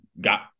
got